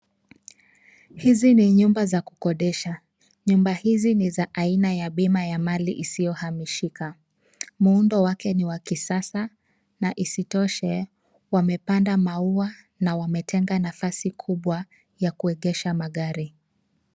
Hizi ni nyumba za kukodesha. Nyumba hizi niza aina ya bima ya Mali isiyo hamishika. Muundo wake ni wa kisasa na isitoshe wamepanda maua na wametenga nafasi kubwa ya kuegesha magari.